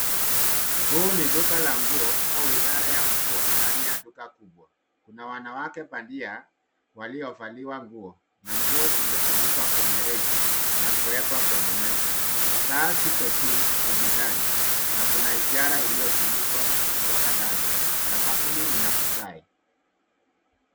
Huu ni duka la nguo au idara ya nguo ndani ya duka kubwa. Kuna wanawake bandia waliovaliwa nguo na nguo zimetunidkwa kwenye reki na kuwekwa kwenye meza. Taa ziko juu kwenye dari na kuna ishara iliyotundikwa kutoka dari. Sakafuni ina vigae.